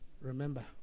remember